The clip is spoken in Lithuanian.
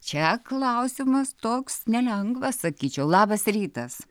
čia klausimas toks nelengvas sakyčiau labas rytas